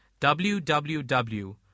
www